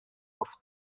auf